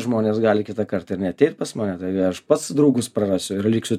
žmonės gali kitą kartą ir neateit pas mane taigi aš pats draugus prarasiu ir liksiu